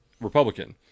Republican